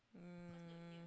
um